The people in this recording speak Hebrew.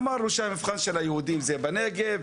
אמר שהמבחן של היהודים זה בנגב,